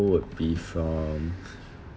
would be from